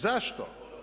Zašto?